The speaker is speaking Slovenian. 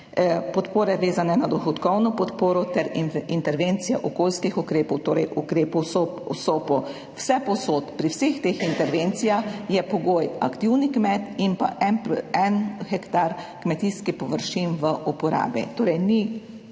podpore, vezane na dohodkovno podporo, ter intervencije okoljskih ukrepov, torej ukrepov v SOP. Vsepovsod, pri vseh teh intervencijah je pogoj aktivni kmet in pa en hektar kmetijskih površin v uporabi, torej ni